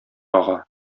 ага